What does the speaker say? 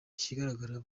ikigaragara